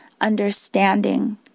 understanding